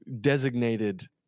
designated